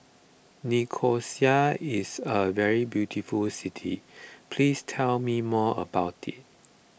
Nicosia is a very beautiful city please tell me more about it